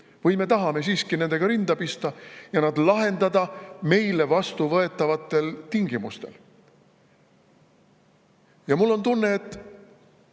või me tahame siiski nendega rinda pista ja need lahendada meile vastuvõetavatel tingimustel? Mul on tunne, et